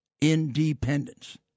independence